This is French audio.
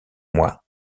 moi